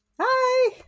Hi